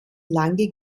lange